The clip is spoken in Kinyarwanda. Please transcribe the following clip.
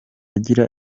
agira